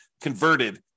converted